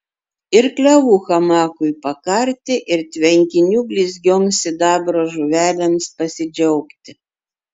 ir klevų hamakui pakarti ir tvenkinių blizgioms sidabro žuvelėms pasidžiaugti